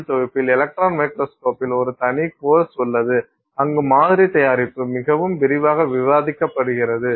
L தொகுப்பில் electron மைக்ரோஸ்கோப்பில் ஒரு தனி கோர்ஸ் உள்ளது அங்கு மாதிரி தயாரிப்பு மிகவும் விரிவாக விவாதிக்கப்படுகிறது